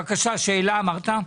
שאלה, בבקשה.